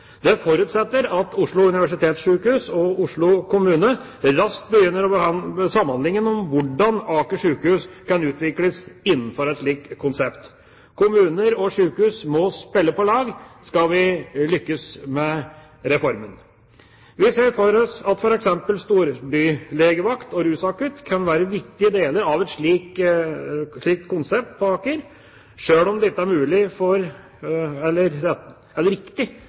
Det forutsetter at Oslo universitetssykehus og Oslo kommune raskt begynner å behandle samhandlingen om hvordan Aker sykehus kan utvikles innenfor et slikt konsept. Kommuner og sykehus må spille på lag skal vi lykkes med reformen. Vi ser for oss at f.eks. storbylegevakt og rusakutt kan være viktige deler av et slikt konsept på Aker, sjøl om det ikke er